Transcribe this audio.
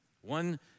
one